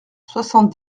soixante